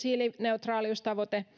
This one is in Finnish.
hiilineutraaliustavoitteen